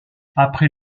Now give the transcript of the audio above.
après